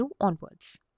onwards